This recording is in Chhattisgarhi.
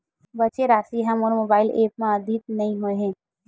बचे राशि हा मोर मोबाइल ऐप मा आद्यतित नै होए हे